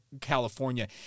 California